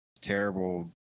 terrible